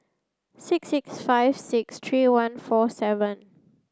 six six five six three one four seven